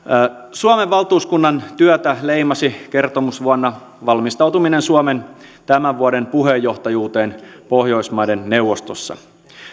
suomen valtuuskunnan työtä leimasi kertomusvuonna valmistautuminen suomen tämän vuoden puheenjohtajuuteen pohjoismaiden neuvostossa